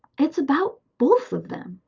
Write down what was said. it's about both of them.